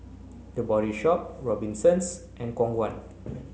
the Body Shop Robinsons and Khong Guan